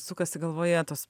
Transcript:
sukasi galvoje tos